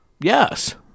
Yes